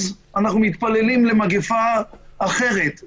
אז אנחנו מתפללים למגפה אחרת,